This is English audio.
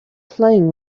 playing